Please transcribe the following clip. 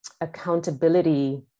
accountability